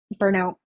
Burnout